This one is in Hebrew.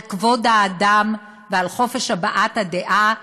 על כבוד האדם ועל חופש הבעת הדעה,